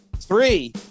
Three